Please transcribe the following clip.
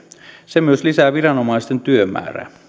se myös lisää viranomaisten työmäärää